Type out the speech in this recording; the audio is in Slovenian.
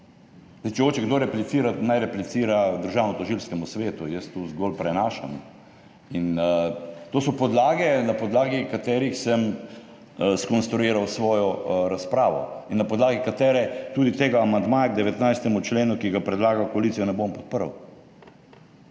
Če hoče kdo replicirati, naj replicira Državnotožilskemu svetu, jaz to zgolj prenašam. To so podlage, na podlagi katerih sem skonstruiral svojo razpravo in na podlagi katerih tudi tega amandmaja k 19. členu, ki ga predlaga koalicija, ne bom podprl.